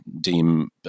deem